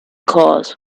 cause